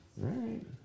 Right